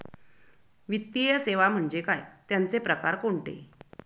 वित्तीय सेवा म्हणजे काय? त्यांचे प्रकार कोणते?